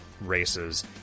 races